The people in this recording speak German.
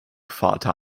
vater